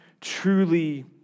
truly